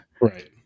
Right